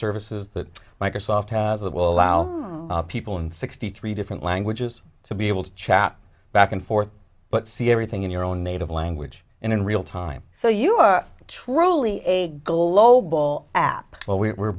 services that microsoft has that will allow people in sixty three different languages to be able to chat back and forth but see everything in your own native language and in realtime so you are truly a global app where we were